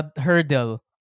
hurdle